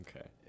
Okay